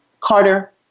Carter